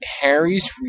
Harry's